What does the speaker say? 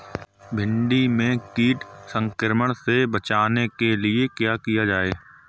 भिंडी में कीट संक्रमण से बचाने के लिए क्या किया जाए?